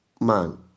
man